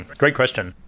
ah great question.